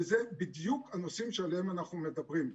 וזה בדיוק הנושאים שעליהם אנחנו מדברים.